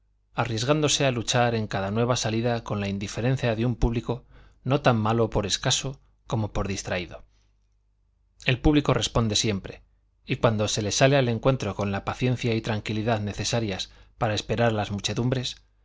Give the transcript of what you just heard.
arriesgándose a luchar en cada nueva salida con la indiferencia de un público no tan malo por escaso como por distraído el público responde siempre y cuando se le sale al encuentro con la paciencia y tranquilidad necesarias para esperar a las muchedumbres